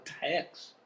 tax